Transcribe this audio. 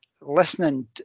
listening